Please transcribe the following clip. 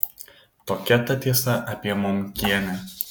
tokia ta tiesa apie momkienę